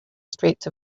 streets